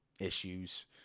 issues